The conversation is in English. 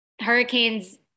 Hurricanes